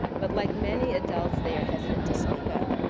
but like many adults they are hesitant to speak up.